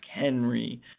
Henry